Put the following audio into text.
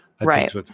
Right